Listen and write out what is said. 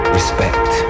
Respect